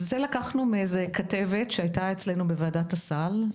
לקחנו את התרשים שבשקף מכתבת שהייתה אצלנו בוועדת הסל.